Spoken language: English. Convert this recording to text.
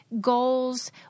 Goals